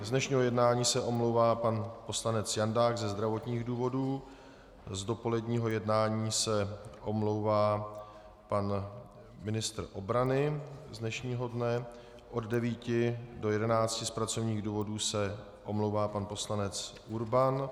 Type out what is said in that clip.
Z dnešního jednání se omlouvá pan poslanec Jandák ze zdravotních důvodů, z dopoledního jednání se omlouvá pan ministr obrany z dnešního dne, od 9 do 11 z pracovních důvodů se omlouvá pan poslanec Urban.